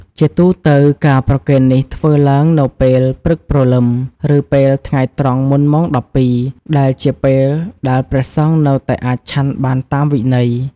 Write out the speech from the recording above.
ជាទូទៅ ការប្រគេននេះធ្វើឡើងនៅពេលព្រឹកព្រលឹម ឬពេលថ្ងៃត្រង់មុនម៉ោង ១២ ដែលជាពេលដែលព្រះសង្ឃនៅតែអាចឆាន់បានតាមវិន័យ។